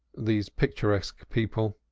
these picturesque people